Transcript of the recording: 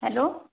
hello